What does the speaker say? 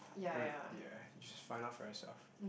you want ya should find out for yourself